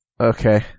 Okay